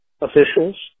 officials